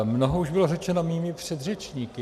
Mnoho už bylo řečeno mými předřečníky.